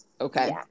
Okay